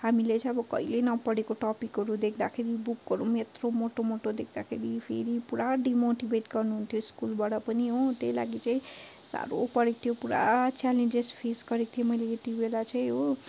हामीले चाहिँ अब कहिले नपढेको टपिकहरू देख्दाखेरि बुकहरू पनि यत्रो मोटो मोटो देख्दाखेरि फेरि पुरा डिमोटिभेट गर्नुहुन्थ्यो स्कुलबाट पनि हो त्यही लागि चाहिँ साह्रो परेको थियो पुरा च्यालेन्जेस फेस गरेको थिएँ मैले यति बेला चाहिँ हो